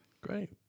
Great